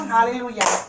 Hallelujah